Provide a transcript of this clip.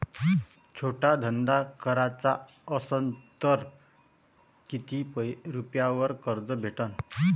छोटा धंदा कराचा असन तर किती रुप्यावर कर्ज भेटन?